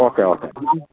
okay okay